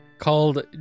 Called